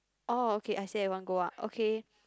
oh okay I say at one go ah okay